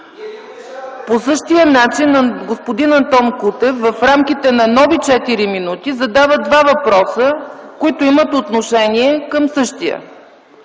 По същия начин, господин Антон Кутев в рамките на нови четири минути задава два въпроса, които имат отношение към същия.